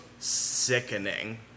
Sickening